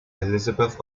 elizabeth